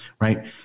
right